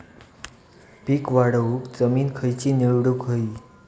पीक वाढवूक जमीन खैची निवडुक हवी?